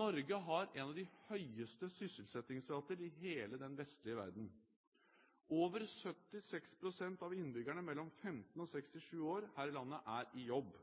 Norge har en av de høyeste sysselsettingsrater i hele den vestlige verden. Over 76 pst. av innbyggerne mellom 15 og 64 år her i landet er i jobb.